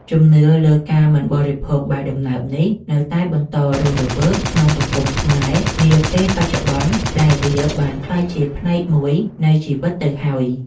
ជំនឿលើការមិនបរិភោគបាយដំណើបនេះនៅតែបន្តរស់រវើកក្នុងសង្គមខ្មែរនាពេលបច្ចុប្បន្នដែលវាបានក្លាយជាផ្នែកមួយនៃជីវិតទៅហើយ។